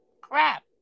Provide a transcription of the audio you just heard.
Crap